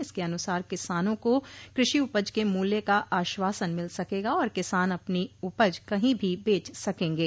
इसके अनुसार किसानों को कृषि उपज के मूल्य का आश्वासन मिल सकेगा और किसान अपनी उपज कहीं भी बेच सकेंगे